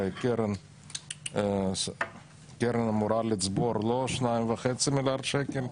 קרן הרי אמורה לצבור לא 2.5 מיליארד שקל,